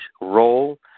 role